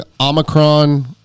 Omicron